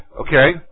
Okay